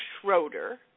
Schroeder